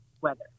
weather